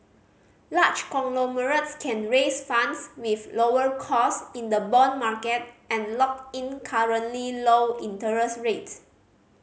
large conglomerates can raise funds with lower cost in the bond market and lock in currently low interest rates